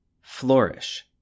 Flourish